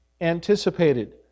anticipated